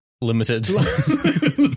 Limited